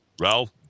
Ralph